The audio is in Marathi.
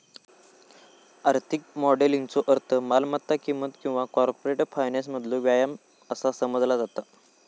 आर्थिक मॉडेलिंगचो अर्थ मालमत्ता किंमत किंवा कॉर्पोरेट फायनान्समधलो व्यायाम असा समजला जाता